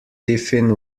tiffin